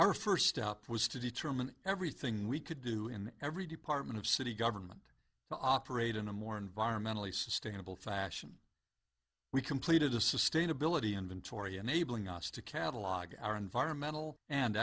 our first up was to determine everything we could do in every department of city government operate in a more environmentally sustainable fashion we completed a sustainability inventory enabling us to catalog our environmental and